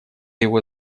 его